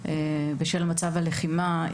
תחום שנוצר בשל מצב הלחימה.